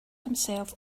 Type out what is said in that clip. himself